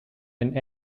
and